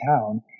town